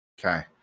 Okay